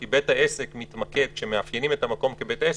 כי כשמאפיינים את המקום כבית עסק,